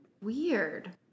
Weird